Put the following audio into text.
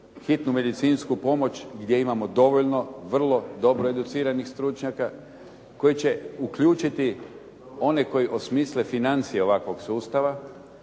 hitnu medicinsku pomoć gdje imamo dovoljno vrlo dobro educiranih stručnjaka, koji će uključiti one koji osmisle financije ovakvog sustava,